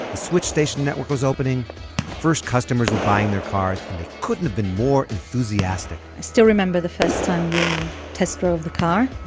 switch station network was opening. the first customers were buying their cars and they couldn't have been more enthusiastic i still remember the first time we test-drove the car.